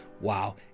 Wow